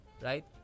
right